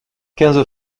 quinze